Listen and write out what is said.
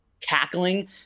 cackling